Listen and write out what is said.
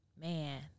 man